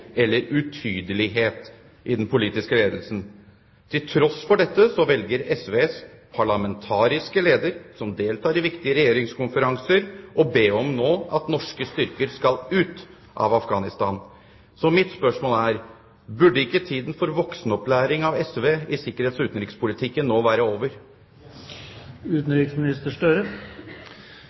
eller utydelighet i den politiske ledelsen. Til tross for dette velger SVs parlamentariske leder, som deltar i viktige regjeringskonferanser, nå å be om at norske styrker skal ut av Afghanistan. Så mitt spørsmål er: Burde ikke tiden for voksenopplæring av SV i sikkerhets- og utenrikspolitikken nå være